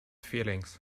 feelings